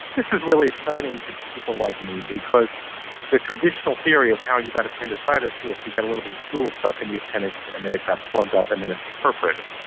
this is really exciting to people like me because in the traditional theory of how you got appendicitis was you get a little bit of stool stuck in the appendix and then it got plugged up and then it perforated.